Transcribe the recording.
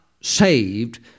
saved